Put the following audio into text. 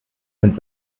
mit